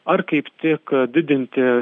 ar kaip tik didinti